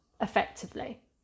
effectively